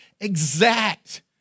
exact